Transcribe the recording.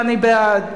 ואני בעד,